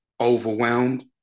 Overwhelmed